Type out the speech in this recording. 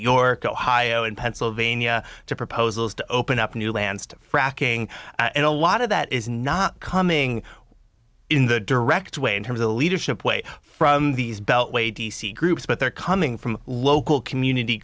york ohio and pennsylvania to proposals to open up new lands to fracking and a lot of that is not coming in the direct way in terms of the leadership way from these beltway d c groups but they're coming from local community